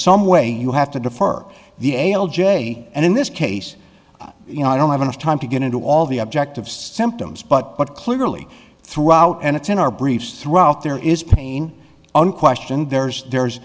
some way you have to defer the ale j and in this case you know i don't have enough time to get into all the objective symptoms but clearly throughout and it's in our briefs throughout there is pain own question there's there's